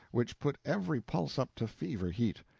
which put every pulse up to fever heat.